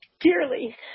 dearly